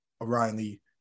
O'Reilly